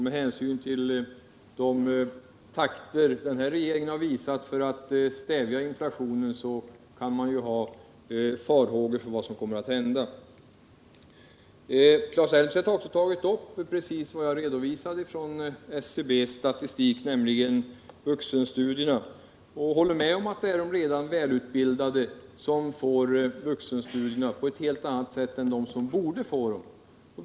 Med tanke på de takter som den här regeringen har visat när det gällt att försöka stävja inflationen kan man ju hysa farhågor för vad som kan komma att hända. Claes Elmstedt har också tagit upp precis vad jag redovisade från SCB:s statistik, nämligen vuxenstudierna, och håller med om att det är de redan välutbildade som får möjlighet till vuxenstudier på ett helt annat sätt än de som egentligen borde få sådana möjligheter.